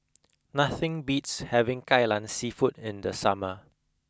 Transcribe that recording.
nothing beats having kai lan seafood in the summer